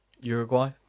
Uruguay